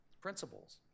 principles